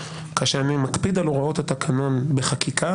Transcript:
כאשר אני מקפיד על הוראות התקנון בחקיקה,